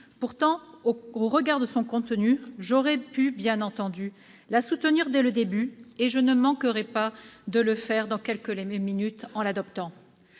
Pourtant, au regard de son contenu, j'aurais évidemment pu la soutenir dès le début ; je ne manquerai d'ailleurs pas de le faire dans quelques minutes, en l'adoptant.